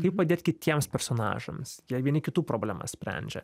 kaip padėt kitiems personažams jie vieni kitų problemas sprendžia